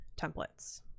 templates